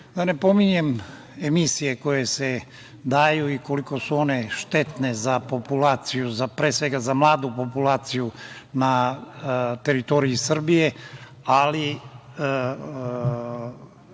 ne pominjem emisije koje se daju i koliko su one štetne za populaciju, pre svega za mladu populaciju na teritoriji Srbije, ali